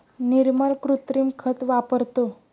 निर्मल कृत्रिम खत वापरतो